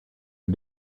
are